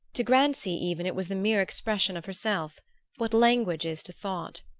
to grancy even it was the mere expression of herself what language is to thought.